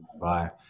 Bye